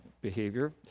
behavior